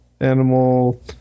Animal